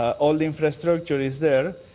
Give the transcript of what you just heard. all the infrastructure is there.